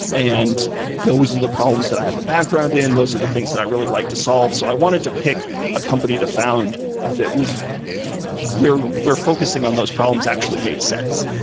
and those are the problems that i have a background in. those are the things that i really like to solve. so i wanted to pick a company to found that where where focusing on those problems actually made sense,